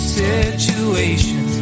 situation